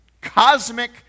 cosmic